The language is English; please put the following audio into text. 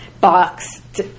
box